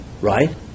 right